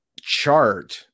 chart